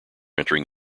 entering